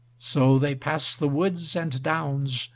so they pass the woods and downs,